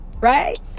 right